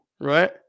Right